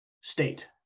state